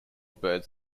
birds